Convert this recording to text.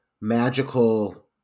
magical